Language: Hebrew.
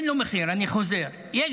אני חוזר: אין לו מחיר,